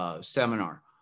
seminar